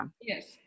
yes